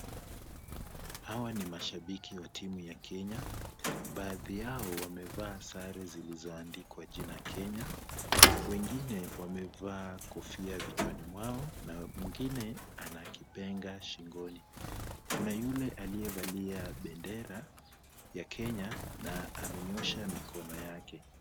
Hawa ni mashabiki wa timu ya Kenya, baadhi yao wamevaa sare zilizoandikwa jina Kenya, wengine wamevaa kofia vichwani mwao na mwingine ana kipenga shingoni, kuna yule aliyevalia bendera ya Kenya na amenyoosha mikono yake.